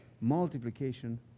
multiplication